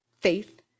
faith